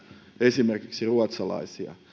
esimerkiksi ruotsalaisia